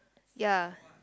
ya